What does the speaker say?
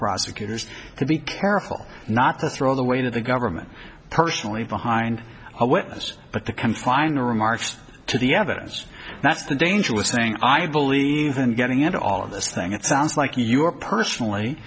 prosecutors to be careful not to throw all the way to the government personally behind a witness but to come final remarks to the evidence that's the dangerous thing i believe in getting into all of this thing it sounds like you are personally